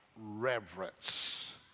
reverence